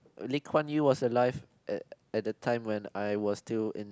Lee-Kuan-Yew was alive at at that time when I was still in